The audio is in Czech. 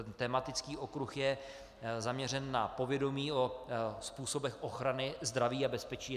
Tematický okruh je zaměřen na povědomí o způsobech ochrany zdraví a bezpečí.